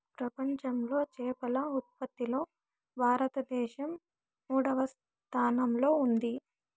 ప్రపంచంలో చేపల ఉత్పత్తిలో భారతదేశం మూడవ స్థానంలో ఉంది